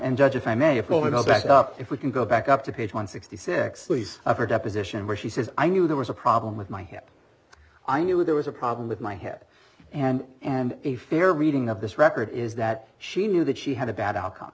and judge if i may if we go back up if we can go back up to page one sixty six ways of her deposition where she says i knew there was a problem with my hip i knew there was a problem with my head and and a fair reading of this record is that she knew that she had a bad outcome